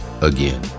again